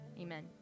Amen